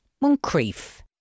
Moncrief